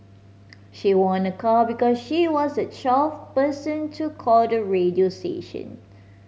she won a car because she was the twelve person to call the radio station